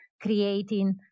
creating